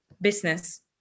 business